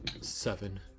Seven